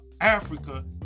Africa